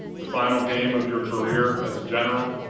the final game of your career as a general,